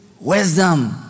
Wisdom